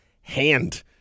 hand